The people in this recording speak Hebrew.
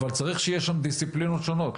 אבל צריך שיהיה שם דיסציפלינות שונות,